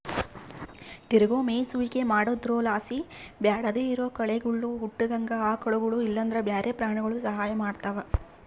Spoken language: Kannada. ತಿರುಗೋ ಮೇಯಿಸುವಿಕೆ ಮಾಡೊದ್ರುಲಾಸಿ ಬ್ಯಾಡದೇ ಇರೋ ಕಳೆಗುಳು ಹುಟ್ಟುದಂಗ ಆಕಳುಗುಳು ಇಲ್ಲಂದ್ರ ಬ್ಯಾರೆ ಪ್ರಾಣಿಗುಳು ಸಹಾಯ ಮಾಡ್ತವ